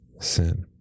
sin